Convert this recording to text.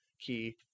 key